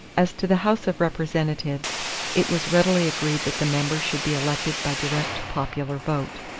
as to the house of representatives it was readily agreed that the members should be elected by direct popular vote.